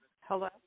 Hello